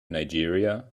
nigeria